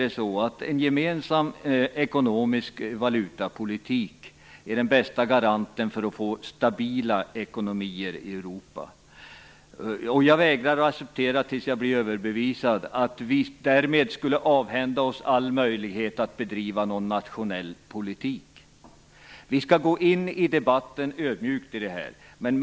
En gemensam ekonomisk valutapolitik är för mig den bästa garanten för att få stabila ekonomier i Europa. Jag vägrar att acceptera - tills jag blir överbevisad - att vi därmed skulle avhända oss all möjlighet att bedriva någon nationell politik. Vi skall gå in ödmjukt i debatten.